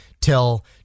till